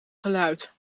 geluid